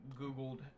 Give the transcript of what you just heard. Googled